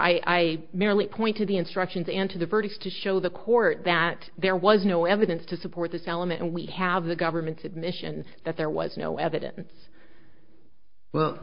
i merely point to the instructions and to the verdicts to show the court that there was no evidence to support this element and we have the government's admission that there was no evidence well